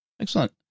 Excellent